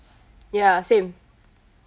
ya same